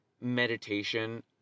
meditation